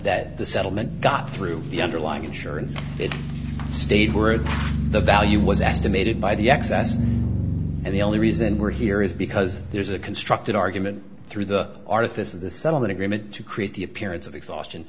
that the settlement got through the underlying insurance it stayed were the value was estimated by the excess and the only reason we're here is because there's a constructed argument through the artifice of the settlement agreement to create the appearance of exhaustion